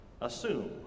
assume